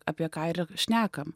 apie ką ir šnekam